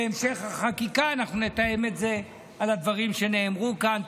בהמשך החקיקה אנחנו נתאם את זה בדברים שנאמרו כאן.